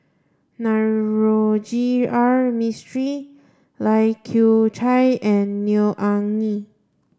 Navroji R Mistri Lai Kew Chai and Neo Anngee